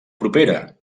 propera